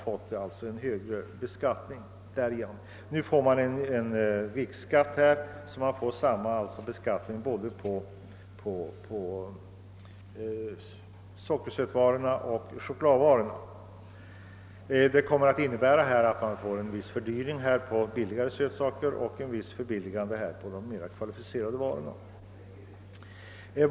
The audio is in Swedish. Nu införs en viktskatt, och det innebär att det blir samma beskattning på både sockersötvaror och chokladvaror. Det innebär alltså en viss fördyring av billigare sötvaror och ett förbilligande av de mer kvalificerade varorna.